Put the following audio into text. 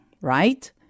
right